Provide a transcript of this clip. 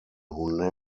who